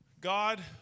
God